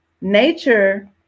nature